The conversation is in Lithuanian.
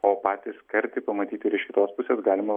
o patį skardį pamatyti ir iš kitos pusės galima